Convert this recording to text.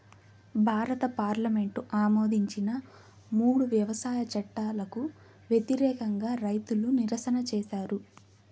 భారత పార్లమెంటు ఆమోదించిన మూడు వ్యవసాయ చట్టాలకు వ్యతిరేకంగా రైతులు నిరసన చేసారు